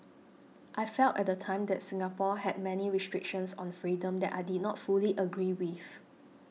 I felt at the time that Singapore had many restrictions on freedom that I did not fully agree with